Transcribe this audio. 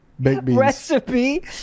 recipe